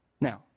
Now